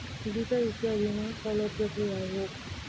ವಿವಿಧ ರೀತಿಯ ವಿಮಾ ಸೌಲಭ್ಯಗಳು ಯಾವುವು?